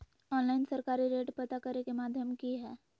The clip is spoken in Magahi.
ऑनलाइन सरकारी रेट पता करे के माध्यम की हय?